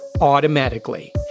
automatically